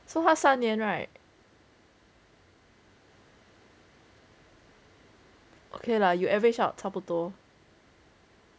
so 他三年 right okay lah you average out 差不多